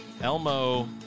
Elmo